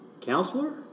counselor